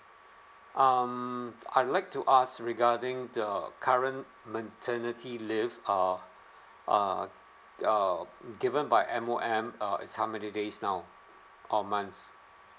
um I'd like to ask regarding the current maternity leave uh uh uh given by M_O_M uh is how many days now uh months